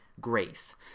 grace